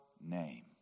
name